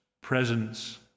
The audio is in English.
presence